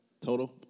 total